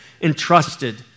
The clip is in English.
entrusted